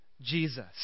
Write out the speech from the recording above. Jesus